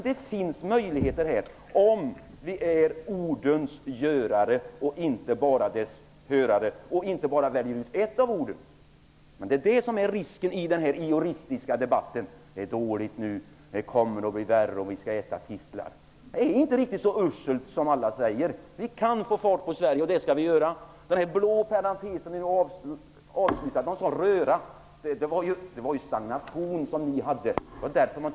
Det finns möjligheter, om vi är ordets görare och inte bara dess hörare, och om vi inte bara väljer ut ett av orden. Det är risken i den här "ioristiska" debatten; det är dåligt nu, det kommer att bli värre och man skall äta tistlar. Det är inte så uselt som alla säger. Vi kan få fart på Sverige, och det skall vi göra. Den blå perioden är nu avslutad. Någon talade om röra, men det var stagnation under den borgerliga perioden.